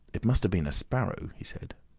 it must have been a sparrow, he said.